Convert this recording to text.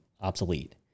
obsolete